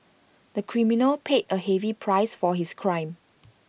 the criminal paid A heavy price for his crime